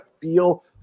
feel